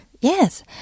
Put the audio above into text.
Yes